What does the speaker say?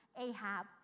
Ahab